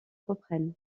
reprennent